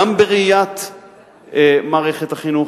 גם בראיית מערכת החינוך,